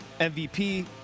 MVP